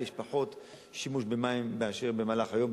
כי יש פחות שימוש במים מאשר במהלך היום,